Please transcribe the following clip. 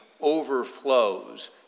overflows